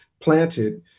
planted